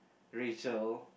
Rachel